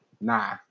nah